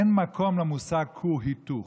אין מקום למושג "כור היתוך".